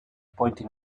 pointing